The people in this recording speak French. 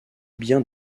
bien